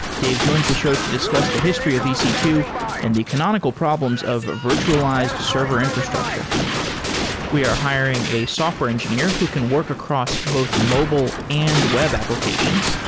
dave joins the show to discuss the history of e c two and the canonical problems of virtualized server infrastructure we are hiring a software engineer who can work across both mobile and web applications.